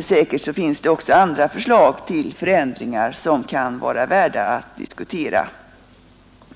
Säkert finns det också andra förslag till förändringar som kan vara värda att diskutera.